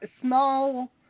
small